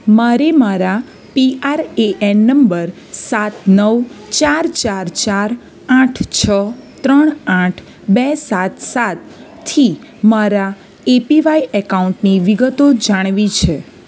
મારે મારા P R A N number સાત નવ ચાર ચાર ચાર આઠ છ ત્રણ આઠ બે સાત સાતથી મારા એપીવાય એકાઉન્ટની વિગતો જાણવી છે